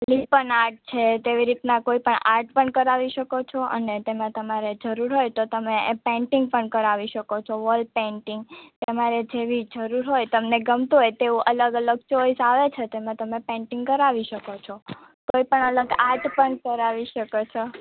લીંપણ art છે તેવી રીતના કોઈ પણ આર્ટ પણ કરાવી શકો છો અને તેમાં તમારે જરૂર હોય તો તમે પેઇન્ટિંગ પણ કરાવી શકો છો વોલ પેઇન્ટિંગ તમારે જેવી જરૂર હોય તમને ગમતું હોય તેવું અલગ અલગ ચોઈસ આવે છે તેમાં તમે પેઇન્ટિંગ કરાવી શકો છો કોઈ પણ અલગ આર્ટ પણ કરાવી શકો છો